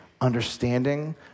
understanding